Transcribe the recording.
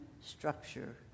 structure